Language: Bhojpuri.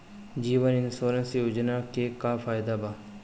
जीवन इन्शुरन्स योजना से का फायदा बा?